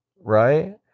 right